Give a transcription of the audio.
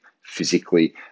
physically